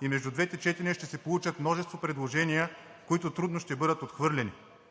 и между двете четения ще се получат множество предложения, които трудно ще бъдат отхвърлени.